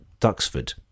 Duxford